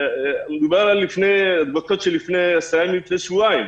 מדובר על הדבקות של לפני עשרה ימים או שבועיים,